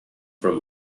for